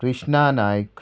Krishna Naik